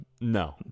No